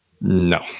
No